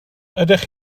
ydych